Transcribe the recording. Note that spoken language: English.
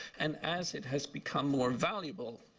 and as it has become more valuable,